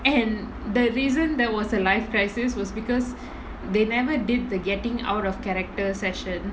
and the reason there was a life crisis was because they never did the getting out of character session